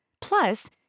Plus